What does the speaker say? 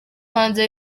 hanze